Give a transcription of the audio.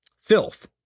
filth